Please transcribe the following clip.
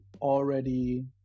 already